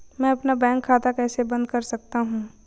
मैं अपना बैंक खाता कैसे बंद कर सकता हूँ?